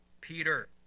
Peter